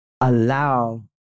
allow